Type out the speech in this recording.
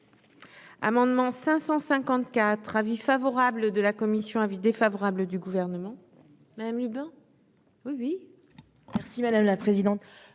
Amendement 554 avis favorable de la commission avis défavorable du gouvernement même Leblanc. Oui, oui, merci, madame la présidente,